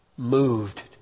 Moved